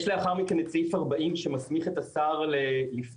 יש לאחר מכן את סעיף 40 שמסמיך את השר לסתור